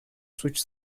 suç